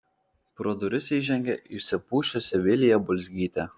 pro duris įžengė išsipusčiusi vilija bulzgytė